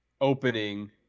opening